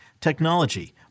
technology